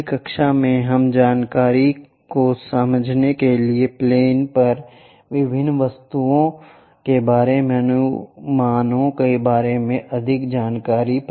अगली कक्षा में हम जानकारी को समझने के लिए प्लेन पर विभिन्न वस्तुओं के इन अनुमानों के बारे में अधिक जानेंगे